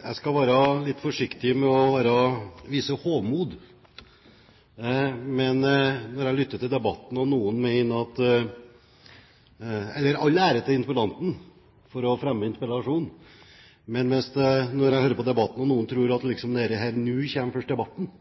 Jeg skal være litt forsiktig med å vise hovmod, men når jeg lytter til debatten – og all ære til interpellanten for å fremme interpellasjonen – hører jeg at noen liksom tror at det er først nå debatten kommer,